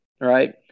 Right